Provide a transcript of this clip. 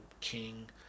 king